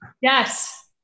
Yes